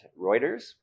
Reuters